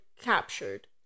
captured